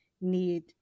need